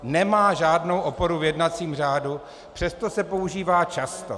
Nemá žádnou oporu v jednacím řádu, přesto se používá často.